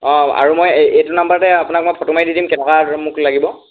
অঁ আৰু মই এই এইটো নাম্বাৰতে আপোনাক মই ফটো মাৰি দি দিম কেনেকুৱা মোক লাগিব